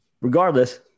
regardless